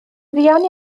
fuan